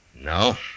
No